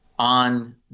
on